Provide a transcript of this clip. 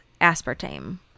aspartame